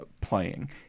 playing